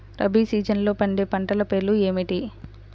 రబీ సీజన్లో పండే పంటల పేర్లు ఏమిటి?